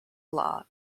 law